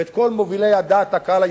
ואת כל מובילי דעת הקהל הישראלית,